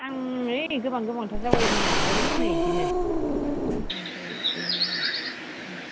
आं ओइ गोबां गोबांथार जावैदों आं ओमफ्राय फानो बिदिनो ओमफ्राय बेनो उम